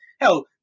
Hell